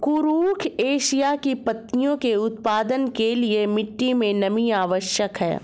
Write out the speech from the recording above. कुरुख एशिया की पत्तियों के उत्पादन के लिए मिट्टी मे नमी आवश्यक है